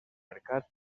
mercat